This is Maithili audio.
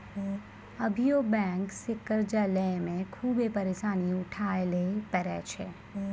अभियो बेंक से कर्जा लेय मे खुभे परेसानी उठाय ले परै छै